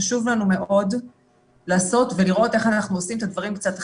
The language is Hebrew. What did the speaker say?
חשוב לנו מאוד לעשות ולראות איך אנחנו עושים את הדברים קצת אחרת,